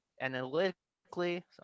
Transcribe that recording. analytically